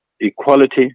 equality